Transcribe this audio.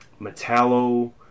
Metallo